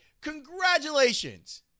Congratulations